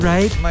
Right